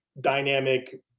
dynamic